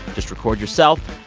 just record yourself.